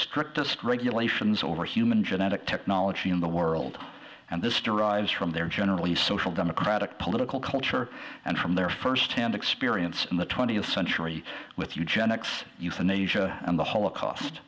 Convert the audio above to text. strictest regulations over human genetic technology in the world and this derives from their generally social democratic political culture and from their firsthand experience in the twentieth century with eugenics euthanasia and the holocaust